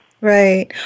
Right